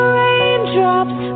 raindrops